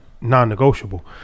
non-negotiable